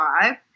five